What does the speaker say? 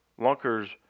lunkers